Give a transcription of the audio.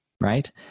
right